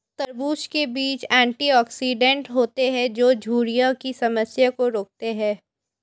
तरबूज़ के बीज एंटीऑक्सीडेंट होते है जो झुर्रियों की समस्या को रोकते है